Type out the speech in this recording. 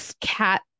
cat